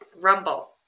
Rumble